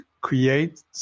create